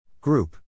Group